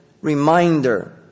reminder